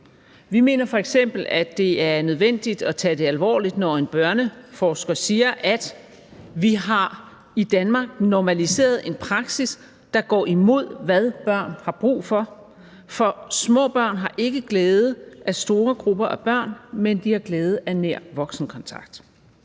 Vi mener f.eks., at det er nødvendigt at tage det alvorligt, når en børneforsker siger: Vi har i Danmark normaliseret en praksis, der går imod, hvad børn har brug for. For små børn har ikke glæde af store grupper af børn, men de har glæde af nær voksenkontakt.